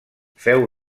féu